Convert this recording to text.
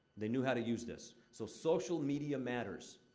they knew how to use this. so, social media matters.